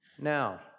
Now